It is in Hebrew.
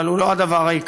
אבל הוא לא הדבר העיקרי.